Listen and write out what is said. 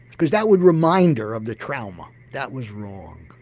cause that would remind her of the trauma that was wrong.